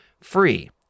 free